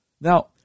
Now